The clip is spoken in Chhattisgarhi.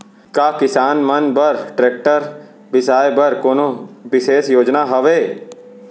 का किसान मन बर ट्रैक्टर बिसाय बर कोनो बिशेष योजना हवे?